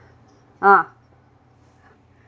ah